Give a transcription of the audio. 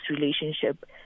relationship